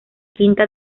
quinta